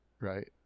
right